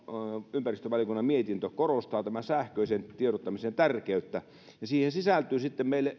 ympäristövaliokunnan mietintö korostavat sähköisen tiedottamisen tärkeyttä ja siihen sisältyy sitten meille